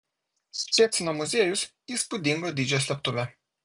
ščecino muziejus įspūdingo dydžio slėptuvė